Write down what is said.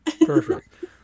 Perfect